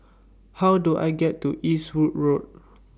How Do I get to Eastwood Road